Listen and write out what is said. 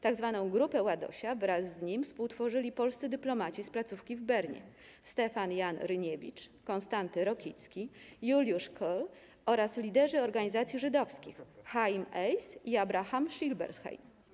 Tzw. Grupę Ładosia wraz z nim współtworzyli polscy dyplomaci z placówki w Bernie: Stefan Jan Ryniewicz, Konstanty Rokicki, Juliusz Kühl oraz liderzy organizacji żydowskich Chaim Eiss i Abraham Silberschein.